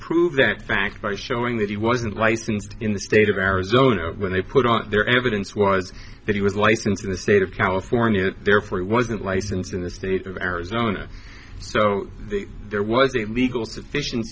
prove that fact by showing that he wasn't licensed in the state of arizona when they put out their evidence was that he was licensed in the state of california and therefore he wasn't licensed in the state of arizona so there was a legal sufficien